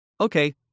Okay